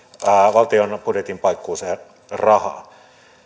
valtion budjetin paikkuuseen rahaa